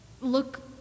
look